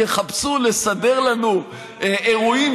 יחפשו לסדר לנו אירועים,